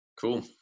Cool